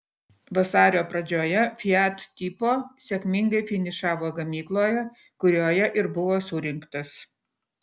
vasario pradžioje fiat tipo sėkmingai finišavo gamykloje kurioje ir buvo surinktas